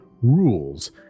rules